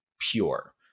pure